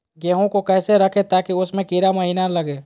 गेंहू को कैसे रखे ताकि उसमे कीड़ा महिना लगे?